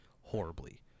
horribly